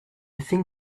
think